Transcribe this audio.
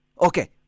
Okay